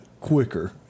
quicker